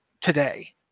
today